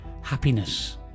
happiness